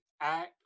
act